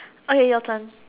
okay your turn